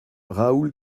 raoul